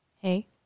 Hey